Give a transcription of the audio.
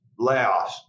layoffs